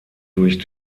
durch